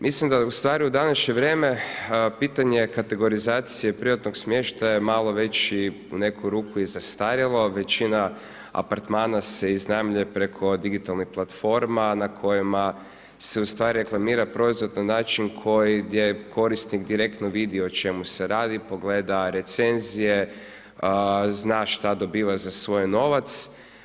Mislim da je ustvari u današnje vrijeme pitanje kategorizacije privatnog smještaja malo već u neku ruku i zastarjelo, većina apartmana se iznajmljuje preko digitalnih platforma na kojima se ustvari reklamira proizvod na način koji, gdje je korisnik direktno vidio o čemu se radi, pogleda recenzije, zna šta dobiva za svoj novac.